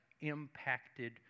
impacted